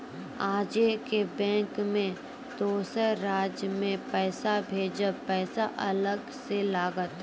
आजे के बैंक मे दोसर राज्य मे पैसा भेजबऽ पैसा अलग से लागत?